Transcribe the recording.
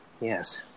Yes